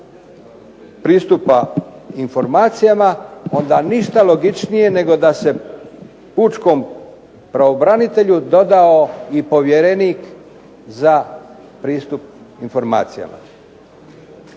pristupa informacijama, onda ništa logičnije da se Pučkom pravobranitelju dodao i povjerenik za pristup informacijama.